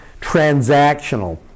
transactional